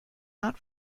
not